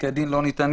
ושפסקי דין לא ניתנים.